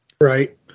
Right